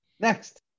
Next